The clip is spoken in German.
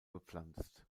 bepflanzt